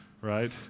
right